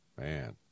Man